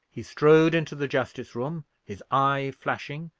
he strode into the justice-room, his eye flashing,